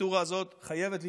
הדיקטטורה הזאת חייבת להיפסק,